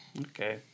Okay